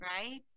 Right